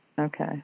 Okay